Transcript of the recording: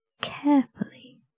carefully